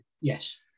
Yes